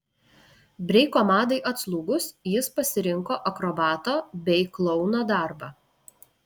breiko madai atslūgus jis pasirinko akrobato bei klouno darbą